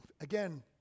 Again